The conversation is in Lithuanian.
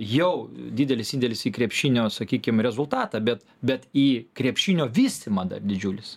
jau didelis indėlis į krepšinio sakykim rezultatą bet bet į krepšinio vystymą dar didžiulis